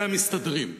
והמסתדרים.